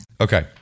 Okay